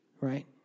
right